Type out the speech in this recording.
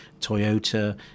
Toyota